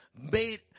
made